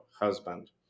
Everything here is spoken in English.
husband